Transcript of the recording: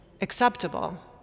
acceptable